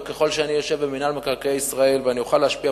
ככל שאני יושב במינהל מקרקעי ישראל ואני אוכל להשפיע,